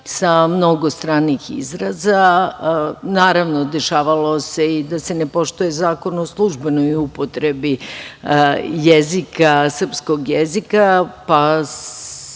sa mnogo stranih izraza. Naravno, dešavalo se i da se ne poštuje Zakon o službenoj upotrebi jezika srpskog jezika, pa